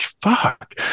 fuck